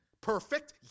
perfect